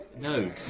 No